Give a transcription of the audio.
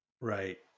right